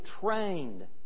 trained